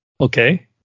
Okay